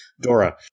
dora